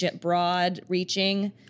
broad-reaching